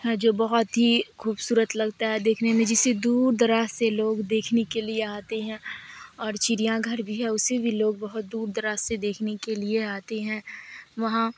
جو بہت ہی خوبصورت لگتا ہے دیکھنے میں جسے دور دراز سے لوگ دیکھنے کے لیے آتے ہیں اور چڑیا گھر بھی ہے اسے بھی لوگ بہت دور دراز سے دیکھنے کے لیے آتے ہیں وہاں